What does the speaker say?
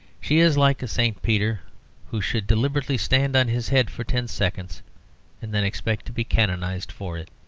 she is like a st. peter who should deliberately stand on his head for ten seconds and then expect to be canonised for it.